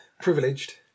Privileged